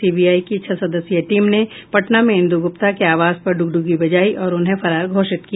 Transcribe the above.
CBI की छह सदस्यीय टीम ने पटना में इंदू गुप्ता के आवास पर ड्रगड्गी बजायी और उन्हें फरार घोषित किया